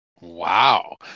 Wow